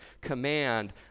command